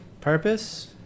Purpose